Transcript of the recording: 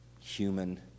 human